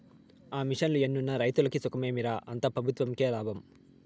ఆ మిషన్లు ఎన్నున్న రైతులకి సుఖమేమి రా, అంతా పెబుత్వంకే లాభం